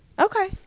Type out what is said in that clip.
Okay